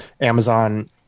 Amazon